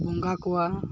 ᱵᱚᱸᱜᱟ ᱠᱚᱣᱟ